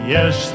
Yes